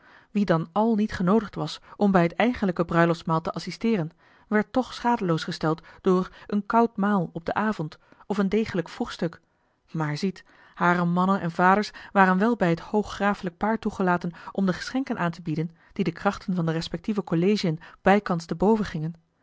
wie dan àl niet genoodigd was om bij het eigenlijke bruiloftsmaal te assisteeren werd toch schadeloos gesteld door een koud maal op den avond of een degelijk vroegstuk maar ziet hare mannen en vaders waren wel bij het hoog grafelijk paar toegelaten om de geschenken aan te bieden die de krachten van de respectieve collegiën bijkans te boven gingen